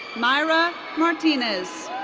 myra martinez.